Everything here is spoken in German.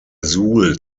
suhl